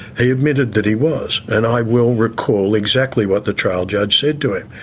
he admitted that he was. and i will recall exactly what the trial judge said to him,